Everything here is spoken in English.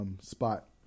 spot